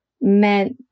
meant